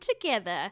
together